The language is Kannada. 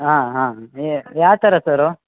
ಹಾಂ ಹಾಂ ಏ ಯಾವ ಥರ ಸರು